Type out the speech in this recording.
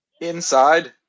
Inside